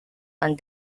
and